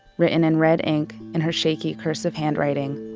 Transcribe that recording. written in red ink in her shaky cursive handwriting.